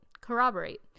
Corroborate